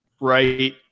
right